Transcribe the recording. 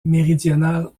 méridionales